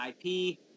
IP